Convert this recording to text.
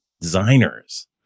designers